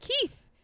Keith